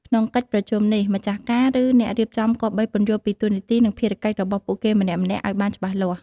ក្នុងកិច្ចប្រជុំនេះ ម្ចាស់ការ ឬអ្នករៀបចំគប្បី ពន្យល់ពីតួនាទី និងភារកិច្ច របស់ពួកគេម្នាក់ៗឱ្យបានច្បាស់លាស់។